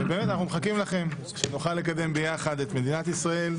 ואנחנו מחכים לכם כדי שנוכל לקדם ביחד את מדינת ישראל,